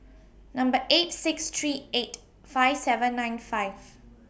Number eight six three eight five seven nine five